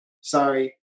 sorry